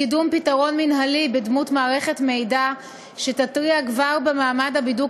לקידום פתרון מינהלי בדמות מערכת מידע שתתריע כבר במעמד הבידוק